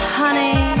honey